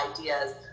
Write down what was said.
ideas